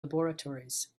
laboratories